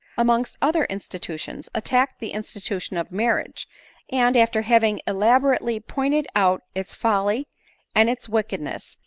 amongst other institutions, attacked the institution of marriage and, after having elaborately pointed out its folly and its wick edness,